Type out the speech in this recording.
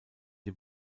den